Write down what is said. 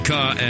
Car